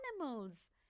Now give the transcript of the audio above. animals